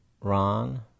Ron